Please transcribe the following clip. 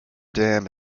dam